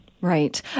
Right